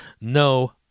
no